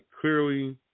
clearly